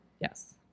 Yes